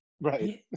Right